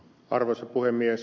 arvoisa puhemies